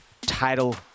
title